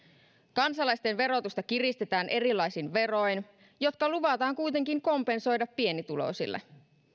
kansalaisten verotusta kiristetään erilaisin veroin jotka luvataan kuitenkin kompensoida pienituloisille